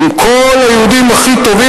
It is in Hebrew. עם כל היהודים הכי טובים,